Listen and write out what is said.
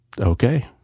Okay